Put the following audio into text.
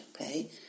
okay